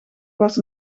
was